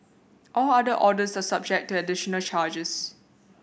all other orders are subject to additional charges